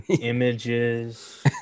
Images